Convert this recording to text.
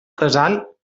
casal